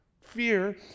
Fear